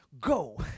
go